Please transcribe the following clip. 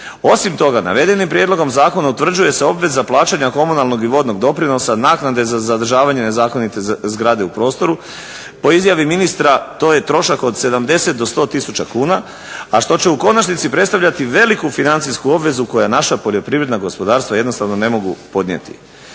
Osim toga, navedenim prijedlogom zakona utvrđuje se obveza plaćanja komunalnog i vodnog doprinosa, naknade za zadržavanje nezakonite zgrade u prostoru. Po izjavi ministra to je trošak od 70 do 100 tisuća kuna, a što će u konačnici predstavljati veliku financijsku obvezu koju naša poljoprivredna gospodarstva jednostavno ne mogu podnijeti.